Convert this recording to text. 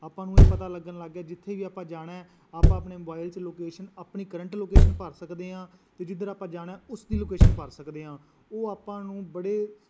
ਆਪਾਂ ਨੂੰ ਇਹ ਪਤਾ ਲੱਗਣ ਲੱਗ ਗਿਆ ਜਿੱਥੇ ਵੀ ਆਪਾਂ ਜਾਣਾ ਆਪਾਂ ਆਪਣੇ ਮੋਬਾਈਲ 'ਚ ਲੋਕੇਸ਼ਨ ਆਪਣੀ ਕਰੰਟ ਲੋਕੇਸ਼ਨ ਭਰ ਸਕਦੇ ਹਾਂ ਅਤੇ ਜਿੱਧਰ ਆਪਾਂ ਜਾਣਾ ਉਸ ਦੀ ਲੋਕੇਸ਼ਨ ਭਰ ਸਕਦੇ ਹਾਂ ਉਹ ਆਪਾਂ ਨੂੰ ਬੜੇ